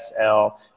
SSL